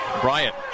Bryant